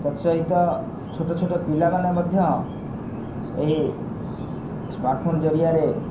ତତ୍ସହିତ ଛୋଟ ଛୋଟ ପିଲାମାନେ ମଧ୍ୟ ଏହି ସ୍ମାର୍ଟଫୋନ୍ ଜରିଆରେ